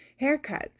haircuts